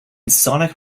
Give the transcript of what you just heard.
sonic